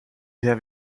sehr